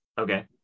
okay